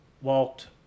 walked